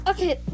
Okay